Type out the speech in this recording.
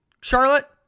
Charlotte